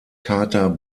carter